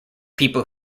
people